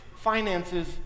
finances